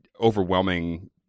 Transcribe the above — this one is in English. overwhelming